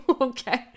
Okay